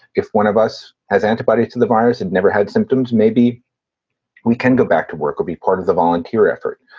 if one of us has antibodies to the virus, they've never had symptoms. maybe we can go back to work or be part of the volunteer effort.